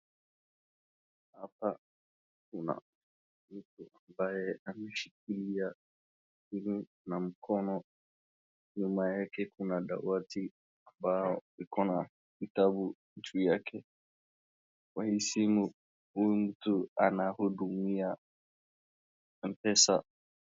Hapa kuna mtu ambaye ameshikilia simu na mkono nyuma yake kuna dawati ambayo iko na vitabu juu yake, kwa hii simu huyu mtu anahudumia M-pesa.